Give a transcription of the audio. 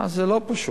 אז זה לא פשוט.